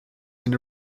and